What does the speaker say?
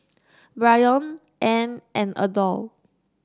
Brion Anne and Adolph